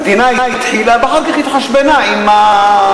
המדינה התחילה, ואחר כך התחשבנה עם היזמים.